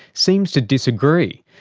seems to disagree.